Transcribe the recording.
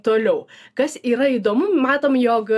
toliau kas yra įdomu matom jog